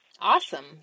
Awesome